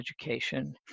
education